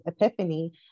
epiphany